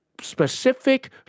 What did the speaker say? specific